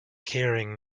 caring